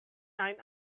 nine